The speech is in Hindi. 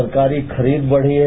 सरकारी खरीद बढ़ी है